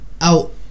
out